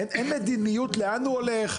אין מדיניות לאן הוא הולך,